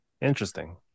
Interesting